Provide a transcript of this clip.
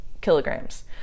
kilograms